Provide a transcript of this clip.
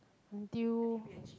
until